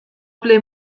ble